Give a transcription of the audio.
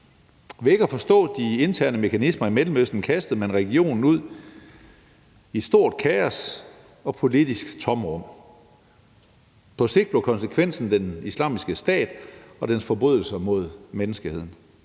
Ved ikke at forstå de interne mekanismer i Mellemøsten kastede man regionen ud i et stort kaos og politisk tomrum. På sigt blev konsekvensen Islamisk Stat og dens forbrydelser mod menneskeheden.